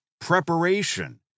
Preparation